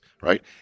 right